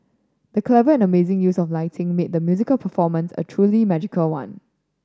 the clever and amazing use of lighting made the musical performance a truly magical one